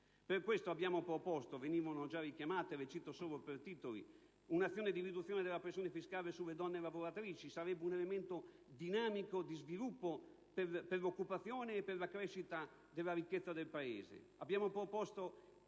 Per questo abbiamo proposto alcune misure, che venivano già richiamate e che cito solo per titoli: un'azione di riduzione della pressione fiscale su tutte le donne lavoratrici (sarebbe un elemento dinamico di sviluppo per l'occupazione e la crescita della ricchezza del Paese); una serie